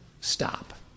stop